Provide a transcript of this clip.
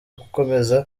gukomeza